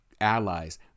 allies